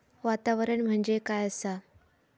वातावरण म्हणजे काय आसा?